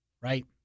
Right